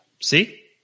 See